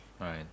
Right